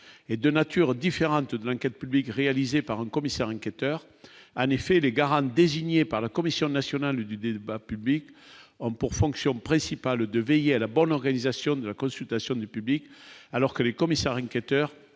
et de nature différente de l'enquête publique réalisée par un commissaire enquêteur, en effet, les gares, Anne désigné par la commission nationale du débat public ont pour fonction principale de veiller à la bonne organisation de la consultation du public alors que les commissaires enquêteurs